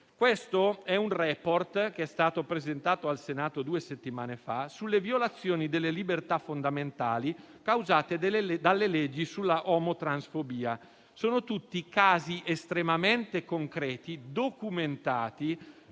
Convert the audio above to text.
tratta di un *report* che è stato presentato al Senato due settimane fa sulle violazioni delle libertà fondamentali causate dalle leggi sulla omotransfobia. Sono tutti casi estremamente concreti, documentati,